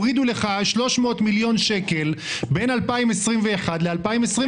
הורידו לך 300 מיליון שקל בין 2021 ל-2022.